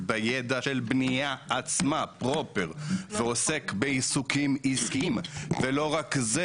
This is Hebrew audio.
בידע של בנייה עצמה פרופר ועוסק בעיסוקים עסקיים ולא רק זה,